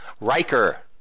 Riker